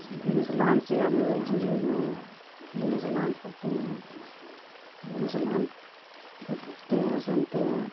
دین اسلام سے ہم لوگ جڑے ہوئے ہیں دین اسلام کرتے ہیں دین اسلام کو دیکھتے ہیں سنتے ہیں